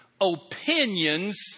opinions